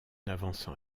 avançant